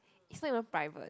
is not even private